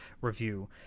review